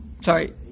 Sorry